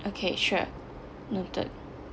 okay sure noted